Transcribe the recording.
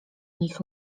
nich